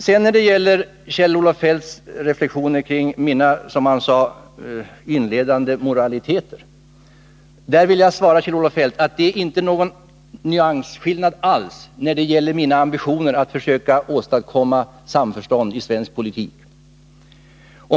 När det sedan gäller Kjell-Olof Feldts reflexioner kring mina — som han sade — inledande moraliteter vill jag svara att det inte alls finns någon nyansskillnad i fråga om mina ambitioner att försöka åstadkomma samförstånd i svensk politik.